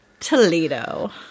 Toledo